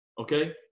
Okay